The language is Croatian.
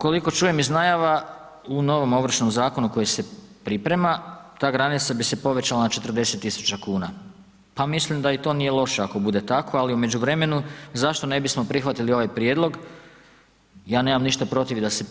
Koliko čujem iz najava u novom Ovršnom zakonu koji se priprema ta granica bi se povećala na 40.000,00 kn, pa mislim da i to nije loše ako bude tako, ali u međuvremenu zašto ne bismo prihvatili ovaj prijedlog, ja nemam ništa protiv da se